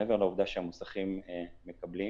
מעבר לעובדה שהמוסכים מקבלים,